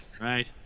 right